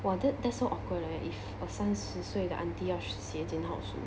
!wah! that that's so awkward leh if a 三十岁的 auntie 要写检讨书